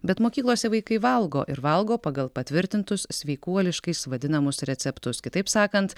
bet mokyklose vaikai valgo ir valgo pagal patvirtintus sveikuoliškais vadinamus receptus kitaip sakant